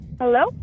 Hello